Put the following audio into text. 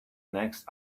next